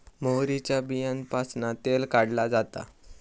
मोहरीच्या बीयांपासना तेल काढला जाता